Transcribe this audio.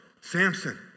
Samson